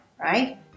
right